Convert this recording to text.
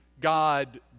God